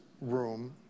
room